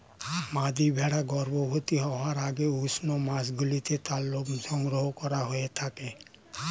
মাদী ভেড়া গর্ভবতী হওয়ার আগে উষ্ণ মাসগুলিতে তার লোম সংগ্রহ করা হয়ে থাকে